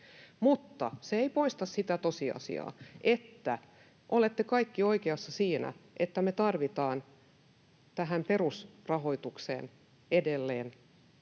Mutta se ei poista sitä tosiasiaa, että olette kaikki oikeassa siinä, että me tarvitaan tähän perusrahoitukseen edelleen